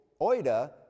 Oida